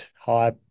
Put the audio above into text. high